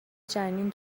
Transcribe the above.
جنین